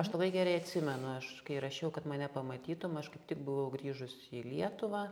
aš labai gerai atsimenu aš kai rašiau kad mane pamatytum aš kaip tik buvau grįžus į lietuvą